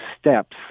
steps